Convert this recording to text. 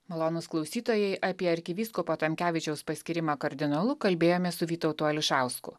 malonūs klausytojai apie arkivyskupo tamkevičiaus paskyrimą kardinolu kalbėjomės su vytautu ališausku